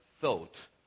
thought